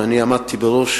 ואני עמדתי בראש